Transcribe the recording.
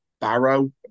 barrow